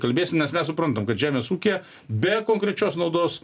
kalbėsim nes mes suprantam kad žemės ūkyje be konkrečios naudos